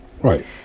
Right